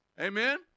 amen